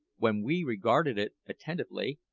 when we regarded it attentively,